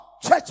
church